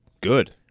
Good